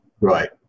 Right